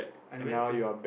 I went to